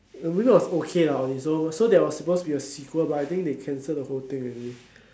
the movie was okay lah so there was supposed to be a sequel but I think they cancel the whole thing already